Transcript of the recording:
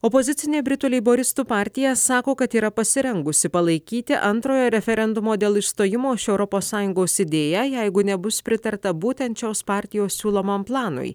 opozicinė britų leiboristų partija sako kad yra pasirengusi palaikyti antrojo referendumo dėl išstojimo iš europos sąjungos idėją jeigu nebus pritarta būtent šios partijos siūlomam planui